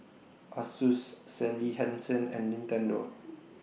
Asus Sally Hansen and Nintendo